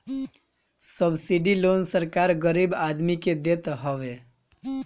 subsidy loan सरकार गरीब आदमी के देत हवे